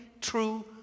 true